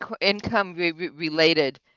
income-related